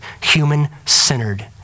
human-centered